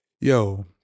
Yo